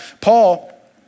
Paul